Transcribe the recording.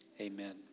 Amen